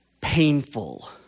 painful